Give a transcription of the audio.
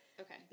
Okay